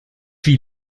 wie